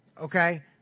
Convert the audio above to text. okay